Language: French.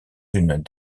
unes